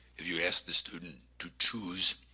if you ask the student to choose,